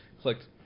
clicked